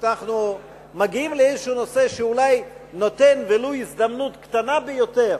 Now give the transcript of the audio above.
כשאנחנו מגיעים לאיזשהו נושא שאולי נותן ולו הזדמנות קטנה ביותר